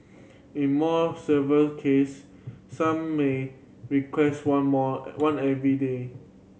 in more severe case some may requires one more one every day